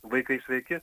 vaikai sveiki